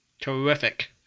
Terrific